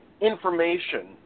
Information